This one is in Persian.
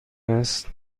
است